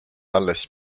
alles